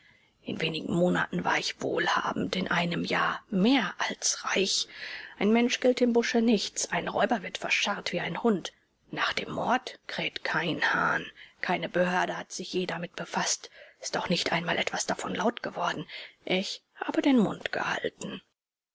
in wenigen monaten war ich wohlhabend in einem jahr mehr als reich ein mensch gilt im busche nichts ein räuber wird verscharrt wie ein hund nach dem mord kräht kein hahn keine behörde hat sich je damit befaßt es ist auch nicht einmal etwas davon laut geworden ich habe den mund gehalten